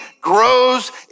grows